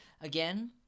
Again